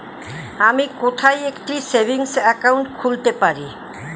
আমি কোথায় একটি সেভিংস অ্যাকাউন্ট খুলতে পারি?